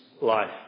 life